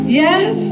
yes